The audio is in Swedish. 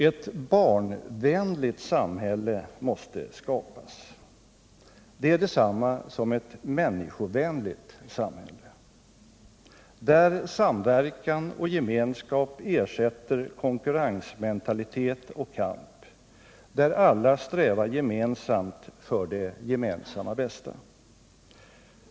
Ett barnvänligt samhälle måste skapas. Det är detsamma som ett människovänligt samhälle, där samverkan och gemenskap ersätter konkurrensmentalitet och kamp, där alla strävar gemensamt för det gemensamma bästa.